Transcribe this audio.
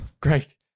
great